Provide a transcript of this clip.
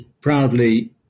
proudly